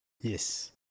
yes